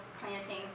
planting